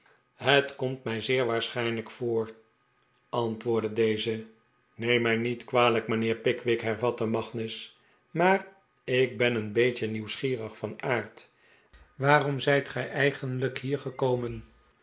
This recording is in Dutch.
het komt mij zeer waarschijnlijk voor antwoordde deze neem mij niet kwalijk mijnheer pickwick hervatte magnus maar ik ben een beetje nieuwsgierig van aard waarom zijt gij eigenlijk hier gekomen